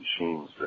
machines